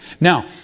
Now